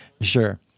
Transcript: sure